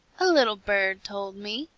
a little bird told me,